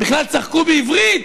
בכלל צחקו בעברית,